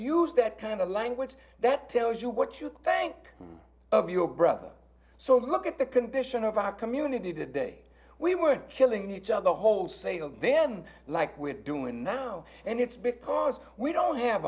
use that kind of language that tells you what you thank of your brother so look at the condition of our community today we weren't killing each other wholesale then like we're doing now and it's because we don't have